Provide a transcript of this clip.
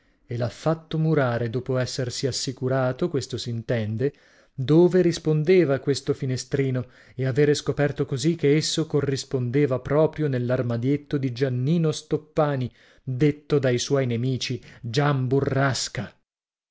e e l'ha fatto murare dopo essersi assicurato questo s'intende dove rispondeva questo finestrino e avere scoperto così che esso corrispondeva proprio nell'armadietto di giannino stoppani detto dai suoi nemici gian burrasca